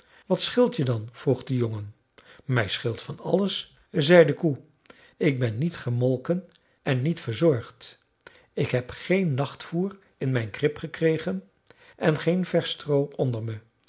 wat scheelt je dan vroeg de jongen mij scheelt van alles zei de koe ik ben niet gemolken en niet verzorgd ik heb geen nachtvoer in mijn krib gekregen en geen versch stroo onder me